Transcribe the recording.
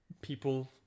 people